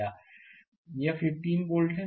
slide समय देखें 1804 यह 15 वोल्ट है